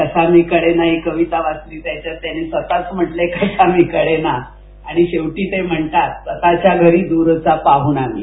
कसा मी कळेना ही कविता वाचली त्याच्यात त्यांनी स्वतःच म्हनटलंय कसा मी कळेना आणि शेवटी ते म्हणतात स्वतःच्या घरी दूरचा पाह्णा मी